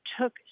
took